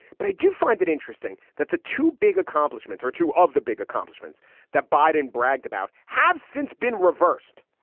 but i do find it interesting that the two big accomplishments are two of the big accomplishments that biden bragged about have since been reversed.